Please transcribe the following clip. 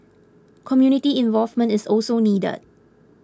community involvement is also needed